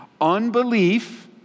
Unbelief